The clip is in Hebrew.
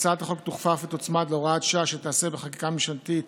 הצעת החוק תוכפף ותוצמד להוראת שעה שתיעשה בחקיקה ממשלתית